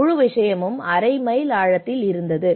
முழு விஷயமும் அரை மைல் ஆழத்தில் இருந்தது